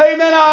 Amen